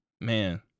Man